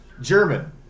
German